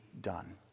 done